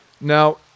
Now